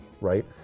right